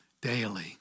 daily